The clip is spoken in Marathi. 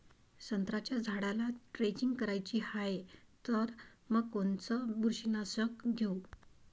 संत्र्याच्या झाडाला द्रेंचींग करायची हाये तर मग कोनच बुरशीनाशक घेऊ?